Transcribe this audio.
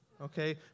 Okay